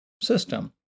system